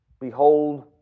Behold